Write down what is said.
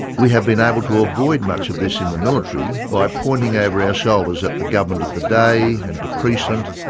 we have been able to avoid much of this in the military by pointing over our shoulders at the government of the day, and to precedent,